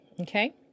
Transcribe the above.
Okay